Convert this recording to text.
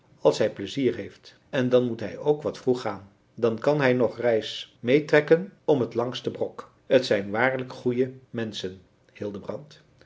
als hij pleizier heeft en dan moet hij wat vroeg gaan dan kan hij nog reis mee trekken om t langste brok t zijn waarlijk goeie menschen hildebrand